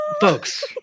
folks